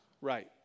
Right